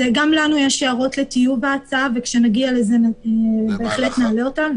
גם לנו יש הערות לטיוב ההצעה וכשנגיע לזה בהחלט נעלה אותן,